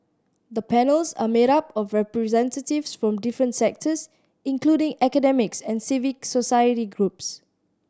the panels are made up of representatives from different sectors including academics and civic society groups